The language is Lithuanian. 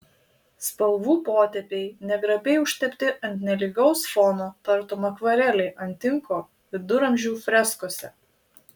spalvų potėpiai negrabiai užtepti ant nelygaus fono tartum akvarelė ant tinko viduramžių freskose